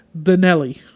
Danelli